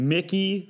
Mickey